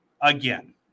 Again